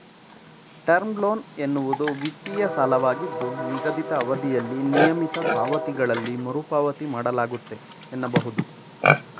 term loan ಎನ್ನುವುದು ವಿತ್ತೀಯ ಸಾಲವಾಗಿದ್ದು ನಿಗದಿತ ಅವಧಿಯಲ್ಲಿ ನಿಯಮಿತ ಪಾವತಿಗಳಲ್ಲಿ ಮರುಪಾವತಿ ಮಾಡಲಾಗುತ್ತೆ ಎನ್ನಬಹುದು